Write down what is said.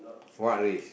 what race